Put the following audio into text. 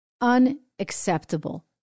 Unacceptable